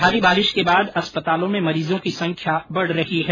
भारी बारिश के बाद अस्पतालों में मरीजों की संख्या बढ़ रही है